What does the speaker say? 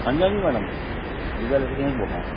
हाँ जी हाँ जी मैडम जी मैं इलेक्ट्रिसियन बोल रहा हूँ